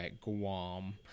Guam